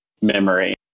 memory